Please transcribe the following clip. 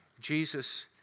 Jesus